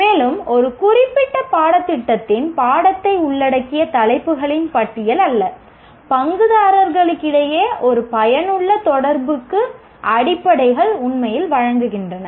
மேலும் ஒரு குறிப்பிட்ட பாடத்திட்டத்தின் பாடத்தை உள்ளடக்கிய தலைப்புகளின் பட்டியல் அல்ல பங்குதாரர்களிடையே ஒரு பயனுள்ள தொடர்புக்கு அடிப்படைகள் உண்மையில் வழங்குகின்றன